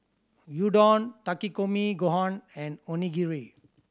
Gyudon Takikomi Gohan and Onigiri